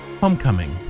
Homecoming